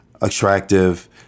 attractive